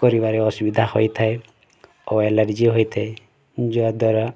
କରିବାରେ ଅସୁବିଧା ହୋଇ ଥାଏ ଓ ଏଲର୍ଜି ହୋଇଥାଏ ଯାହା ଦ୍ୱାରା